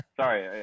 Sorry